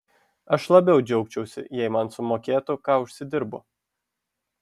aš labiau džiaugčiausi jei man sumokėtų ką užsidirbu